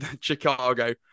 Chicago